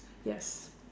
yes